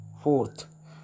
Fourth